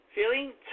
Feeling